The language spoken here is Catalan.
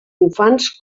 infants